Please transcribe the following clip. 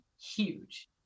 huge